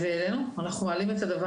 אנחנו מעלים,